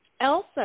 Elsa